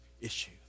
issue